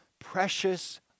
precious